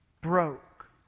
broke